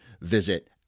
visit